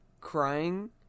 crying